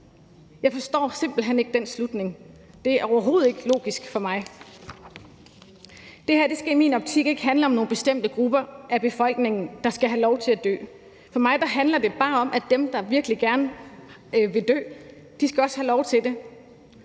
Jeg forstår simpelt hen ikke den slutning. Det er overhovedet ikke logisk for mig. Det her skal i min optik ikke handle om nogle bestemte grupper i befolkningen, der skal have lov til at dø. For mig handler det bare om, at dem, der virkelig gerne vil dø, også skal have lov til det